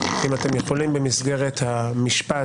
במסגרת המשפט,